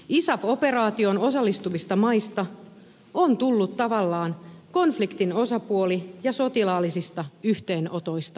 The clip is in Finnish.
isaf operaatioon osallistuvista maista on tullut tavallaan konfliktin osapuoli ja sotilaallisista yhteenotoista arkea